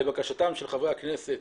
לבקשתם של חברי הכנסת,